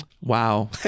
Wow